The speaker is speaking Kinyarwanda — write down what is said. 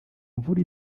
mvura